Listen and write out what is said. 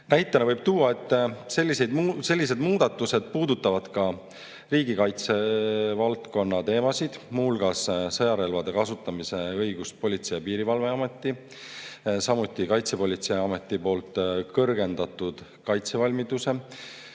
Näitena võib tuua, et sellised muudatused puudutavad ka riigikaitse valdkonna teemasid, muu hulgas sõjarelvade kasutamist Politsei- ja Piirivalveameti, samuti Kaitsepolitseiameti poolt kõrgendatud kaitsevalmiduse,